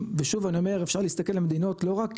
ושוב אני אומר אפשר להסתכל על מדינות לא רק